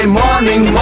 morning